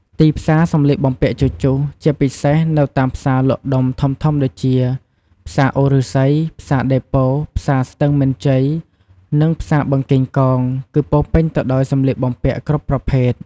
ទីផ្សារសម្លៀកបំពាក់ជជុះ ជាពិសេសនៅតាមផ្សារលក់ដុំធំៗដូចជា ផ្សារអូរឫស្សី ផ្សារដេប៉ូ ផ្សារស្ទឹងមានជ័យ និងផ្សារបឹងកេងកង គឺពោរពេញទៅដោយសម្លៀកបំពាក់គ្រប់ប្រភេទ។